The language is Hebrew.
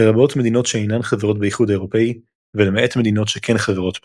לרבות מדינות שאינן חברות באיחוד האירופי ולמעט מדינות שכן חברות בו.